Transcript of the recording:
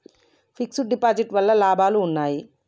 Fix డ్ deposit వల్ల లాభాలు ఉన్నాయి?